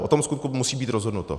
O tom vskutku musí být rozhodnuto.